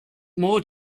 more